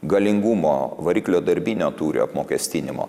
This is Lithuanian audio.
galingumo variklio darbinio tūrio apmokestinimo